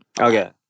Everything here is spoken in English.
Okay